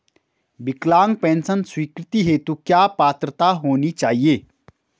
विकलांग पेंशन स्वीकृति हेतु क्या पात्रता होनी चाहिये?